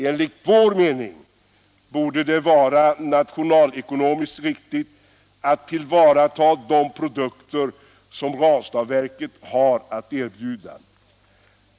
Enligt vår mening borde det vara nationalekonomiskt riktigt att tillvarata de produkter som Ranstadsverket har att erbjuda.